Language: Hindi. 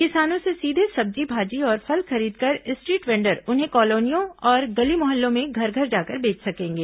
किसानों से सीधे सब्जी भाजी और फल खदीदकर स्ट्रीट वेंडर उन्हें कॉलोनियों और गली मोहल्लों में घर घर जाकर बेच सकेंगे